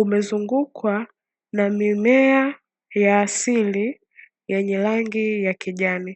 umezungukwa na mimea ya asili yenye rangi ya kijani.